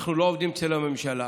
ואנחנו לא עובדים אצל הממשלה,